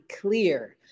clear